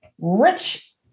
rich